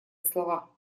слова